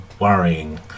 worrying